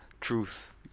truth